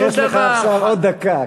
יש לך עכשיו עוד דקה.